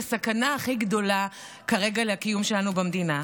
כסכנה הכי גדולה כרגע לקיום שלנו במדינה.